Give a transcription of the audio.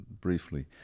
briefly